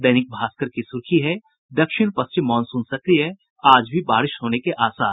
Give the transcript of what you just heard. दैनिक भास्कर की सुर्खी है दक्षिण पश्चिम मॉनसून सक्रिय आज भी बारिश होने के आसार